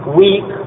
weak